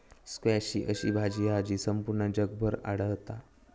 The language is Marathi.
स्क्वॅश ही अशी भाजी हा जी संपूर्ण जगभर आढळता